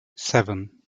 seven